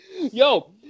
yo